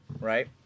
right